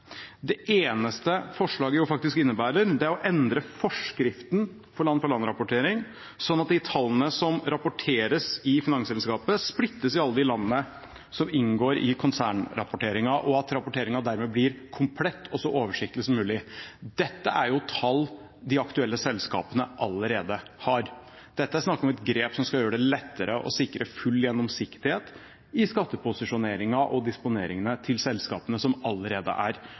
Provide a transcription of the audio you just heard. Det eneste forslaget faktisk innebærer, er å endre forskriften for land-for-land-rapportering sånn at de tallene som rapporteres i finansregnskapet, splittes i alle de landene som inngår i konsernrapporteringen, og at rapporteringen dermed blir komplett og så oversiktlig som mulig. Dette er jo tall de aktuelle selskapene allerede har. Det er snakk om et grep som skal gjøre det lettere å sikre full gjennomsiktighet i skatteposisjoneringen og disponeringene til selskapene som allerede er